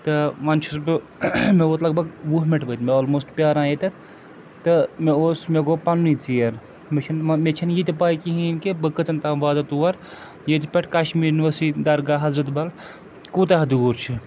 تہٕ وۄنۍ چھُس بہٕ مےٚ ووت لگ بگ وُہ مِنٹ وٲتۍ مےٚ آلموسٹ پیٛاران ییٚتٮ۪تھ تہٕ مےٚ اوس مےٚ گوٚو پَنٛنُے ژیر مےٚ چھُنہٕ مےٚ چھَنہٕ یہِ تہِ پَے کِہیٖنۍ کہِ بہٕ کٔژَن تام واتہٕ تور ییٚتہِ پٮ۪ٹھ کَشمیٖر یونیورسٹی درگاہ حضرت بَل کوٗتاہ دوٗر چھِ